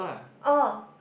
oh